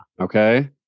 Okay